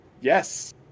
Yes